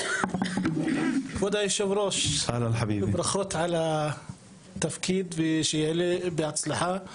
כבוד היושב-ראש, ברכות על התפקיד ושיהיה בהצלחה.